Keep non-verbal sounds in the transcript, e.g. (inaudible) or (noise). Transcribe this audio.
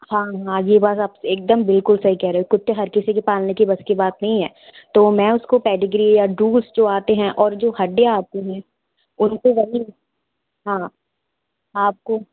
हाँ हाँ ये बात आप एक दम बिल्कुल सही कह रहे हो कुत्ते हर किसी के पालने की बस की बात नहीं है तो मैं उसको पैडीग्री या (unintelligible) जो आते हैं और जो हड्डियाँ आती हैं उनको वही हाँ आपको